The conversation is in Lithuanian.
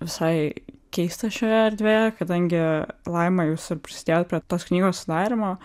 visai keista šioje erdvėje kadangi laima jūs ir prisidėjot prie tos knygos sudarymo